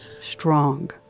strong